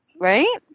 right